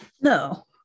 no